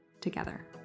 together